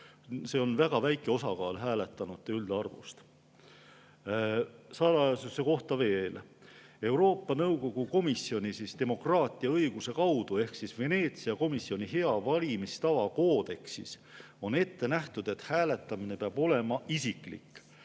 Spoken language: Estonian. See on väga väike osakaal hääletanute üldarvust. Salajasuse kohta veel. Euroopa Nõukogu komisjoni "Demokraatia õiguse kaudu" ehk Veneetsia komisjoni hea valimistava koodeksis on ette nähtud, et hääletamine peab olema isiklik.